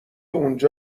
اونجا